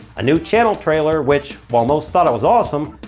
a new channel trailer which, while most thought it was awesome,